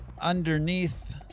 Underneath